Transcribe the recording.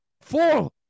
four